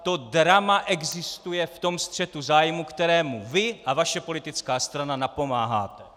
To drama existuje v tom střetu zájmů, kterému vy a vaše politická strana napomáháte.